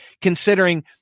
considering